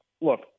look